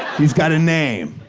he's got a name.